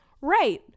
right